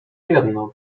jedno